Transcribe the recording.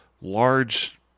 large